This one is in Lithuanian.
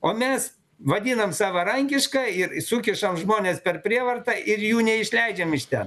o mes vadinam savarankiška ir sukišam žmones per prievartą ir jų neišleidžiam iš ten